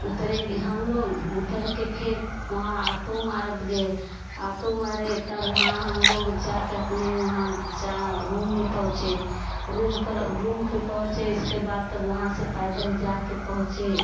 उतरेंगे हम लोग उतर के फिर वहाँ आटो मारद गे आटो मारे तब वहाँ हम लोग जा के अपने वहाँ जा रूम में पहुँचे रूम पर रूम पे पहुँचे इसके बाद तब वहाँ से पैदल जा के पहुँचे